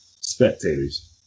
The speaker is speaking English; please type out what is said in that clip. spectators